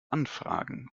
anfragen